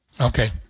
Okay